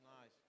nice